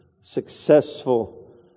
successful